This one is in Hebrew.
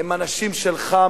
הם אנשים שלך,